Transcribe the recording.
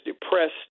depressed